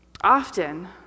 Often